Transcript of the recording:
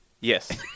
Yes